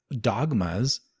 dogmas